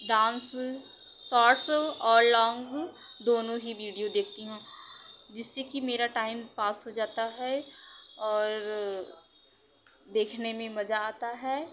dance shorts और long दोनों ही वीडियो देखती हूँ जिससे कि मेरा टाइम पास हो जाता है और देखने में मजा आता है